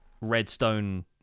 redstone